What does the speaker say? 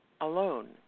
alone